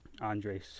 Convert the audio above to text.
Andres